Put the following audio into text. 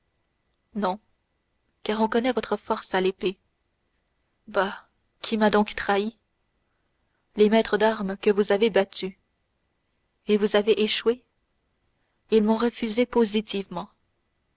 non car on connaît votre force à l'épée bah qui m'a donc trahi les maîtres d'armes que vous avez battus et vous avez échoué ils ont refusé positivement